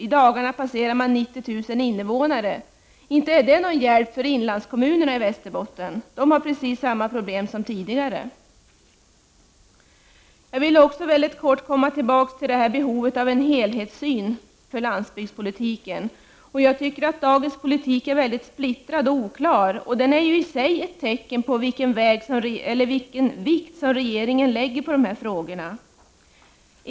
I dagarna passerar invånarantalet 90 000-strecket. Inte är det någon hjälp för inlandskommunerna i Västerbotten! De har precis samma problem som tidigare. Jag vill också i all korthet återkomma till behovet av en helhetssyn för landsbygdspolitiken. Jag tycker att dagens politik är splittrad och oklar. Den är i sig ett tecken på vilken vikt regeringen lägger vid de här frågorna.